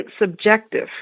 subjective